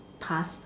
past